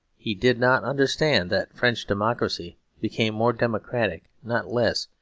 he did not understand that french democracy became more democratic, not less,